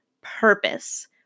purpose